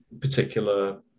particular